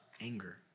anger